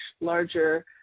larger